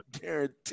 guarantee